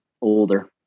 older